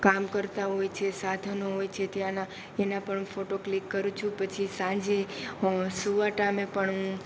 કામ કરતા હોય છે સાધનો હોય છે ત્યાંનાં એના પણ ફોટો ક્લિક કરું છું પછી સાંજે સુવા ટાઈમે પણ હું